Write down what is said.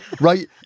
Right